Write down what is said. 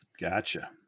Gotcha